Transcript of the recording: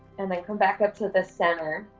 and then come back up to the center,